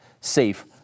safe